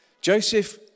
Joseph